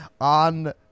on